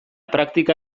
praktika